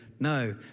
No